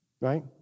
right